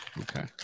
Okay